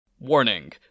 Warning